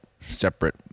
separate